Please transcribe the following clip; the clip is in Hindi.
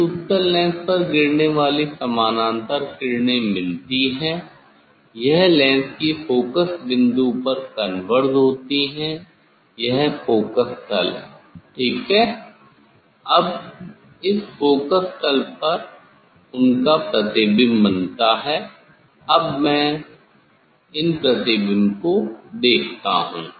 अब इस उत्तल लेंस पर गिरने वाली समानांतर किरणें मिलती है यह लेंस की फोकस बिंदु पर कन्वर्ज होती है यह फोकस तल है ठीक है अब इस फोकस तल पर उनका प्रतिबिंब बनता है अब मैं इन प्रतिबिंब को देखता हूं